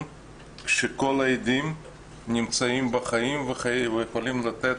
כשכל העדים נמצאים בחיים ויכולים לתת